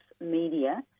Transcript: Media